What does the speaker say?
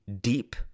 deep